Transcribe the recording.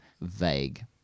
vague